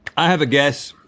i have a guess.